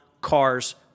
cars